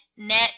net